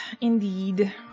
indeed